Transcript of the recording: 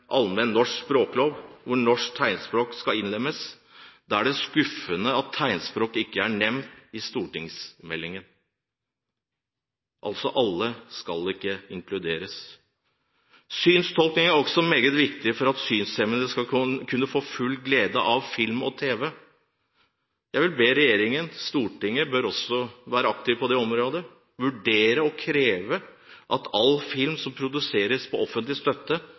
allmenn norsk språklov hvor norsk tegnspråk skal innlemmes. Da er det skuffende at tegnspråk ikke er nevnt i stortingsmeldingen – altså: Ikke alle skal inkluderes. Synstolking er meget viktig for at synshemmede skal kunne få full glede av film og tv. Jeg vil be regjeringen vurdere å kreve – Stortinget bør også være aktiv på det området – at all film som produseres med offentlig støtte,